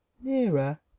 Nearer